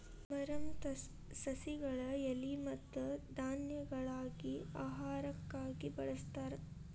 amaranthus ಸಸಿಗಳ ಎಲಿ ಮತ್ತ ಧಾನ್ಯಗಳಾಗಿ ಆಹಾರಕ್ಕಾಗಿ ಬಳಸ್ತಾರ